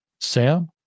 Sam